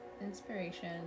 inspiration